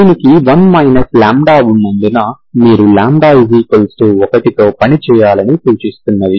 దీనికి 1 λ ఉన్నందున మీరు λ1తో పని చేయాలని సూచిస్తున్నది